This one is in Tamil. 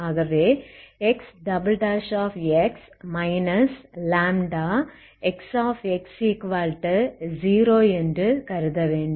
ஆகவேXx λXx0 என்று கருதவேண்டும்